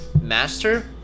master